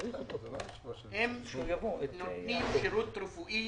הם נותנים שירות רפואי,